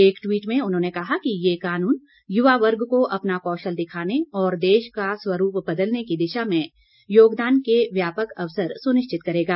एक ट्वीट में उन्होंने कहा कि यह कानून युवा वर्ग को अपना कौशल दिखाने और देश का स्वरूप बदलने की दिशा में योगदान के व्यापक अवसर सुनिश्चित करेगा